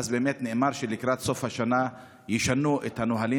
ואז באמת נאמר שלקראת סוף השנה ישנו את הנהלים.